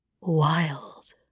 wild